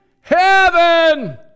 heaven